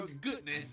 goodness